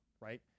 right